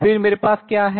फिर मेरे पास क्या है